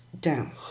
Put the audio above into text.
down